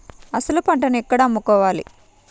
అసలు పంటను ఎక్కడ అమ్ముకోవాలి?